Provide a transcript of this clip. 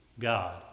God